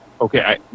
okay